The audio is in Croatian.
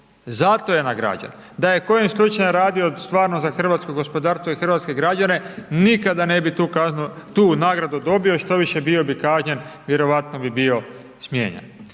zato je nagrađen. Da je kojim slučajem radio stvarno za hrvatsko gospodarstvo i hrvatske građane nikada ne bi tu nagradu dobio, štoviše bio bi kažnjen, vjerojatno bi bio smijenjen.